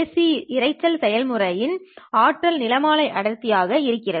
C இரைச்சல் செயல்முறையின் ஆற்றல் நிறமாலை அடர்த்தி ஆக இருக்கிறது